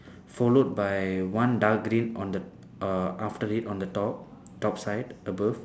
followed by one dark green on the uh after it on the top top side above